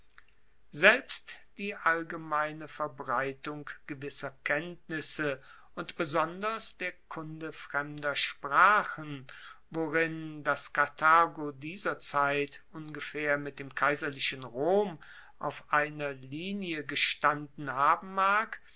selbst die allgemeine verbreitung gewisser kenntnisse und besonders der kunde fremder sprachen worin das karthago dieser zeit ungefaehr mit dem kaiserlichen rom auf einer linie gestanden haben mag